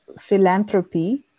philanthropy